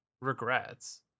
regrets